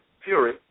fury